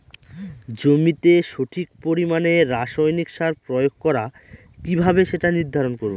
জমিতে সঠিক পরিমাণে রাসায়নিক সার প্রয়োগ করা কিভাবে সেটা নির্ধারণ করব?